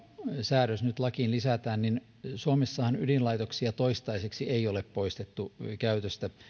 säädös nyt lakiin lisätään niin suomessahan ydinlaitoksia toistaiseksi ei ole poistettu käytöstä